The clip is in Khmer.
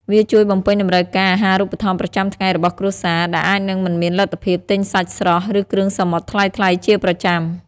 វាជួយបំពេញតម្រូវការអាហារូបត្ថម្ភប្រចាំថ្ងៃរបស់គ្រួសារ ដែលអាចនឹងមិនមានលទ្ធភាពទិញសាច់ស្រស់ ឬគ្រឿងសមុទ្រថ្លៃៗជាប្រចាំ។